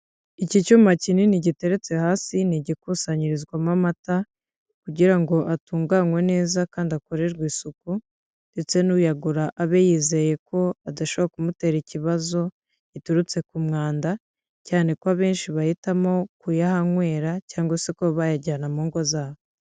Iki cyuma kinini giteretse hasi, ni igikusanyirizwamo amata kugira ngo atunganywe neza kandi akorerwe isuku ndetse n'uyagura abe yizeye ko adashobora kumutera ikibazo giturutse ku mwanda cyane ko abenshi bahitamo kuyahanywera cyangwa se ko bayajyana mu ngo zabo.